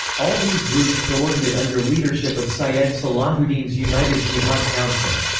all these groups coordinate under leadership of syed salahuddin's united jihad council.